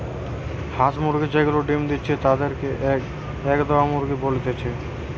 হাঁস মুরগি যে গুলা ডিম্ দিতেছে তাদির কে এগ দেওয়া মুরগি বলতিছে